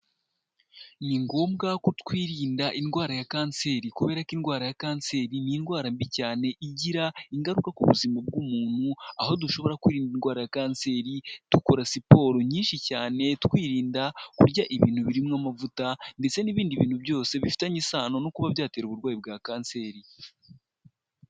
Ni ngombwa ko twirinda indwara ya kanseri, kubera ko indwara ya kanseri ni indwara mbi cyane igira ingaruka ku buzima bw'umuntu; aho dushobora kwirinda indwara ya kanseri dukora siporo nyinshi cyane, twirinda kurya ibintu birimo amavuta ndetse n'ibindi bintu byose bifitanye isano no kuba byatera uburwayi bwa kanseri.